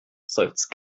seufzt